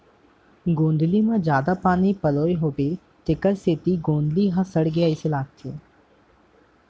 गोंदली म जादा पानी पलोए होबो तेकर सेती गोंदली ह सड़गे अइसे लगथे